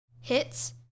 hits